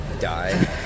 die